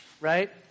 right